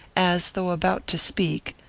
as though about to speak,